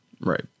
Right